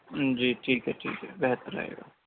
جی ٹھیک ہے ٹھیک ہے بہتر رہے گا